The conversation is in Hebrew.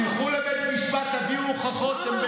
תלכו לבית משפט ותביאו הוכחות.